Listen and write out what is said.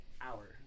hour